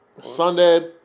sunday